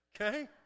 Okay